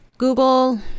Google